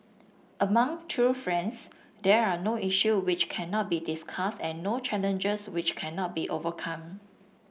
among true friends there are no issue which cannot be discussed and no challenges which cannot be overcome